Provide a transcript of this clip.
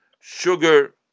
sugar